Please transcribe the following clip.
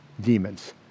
Demons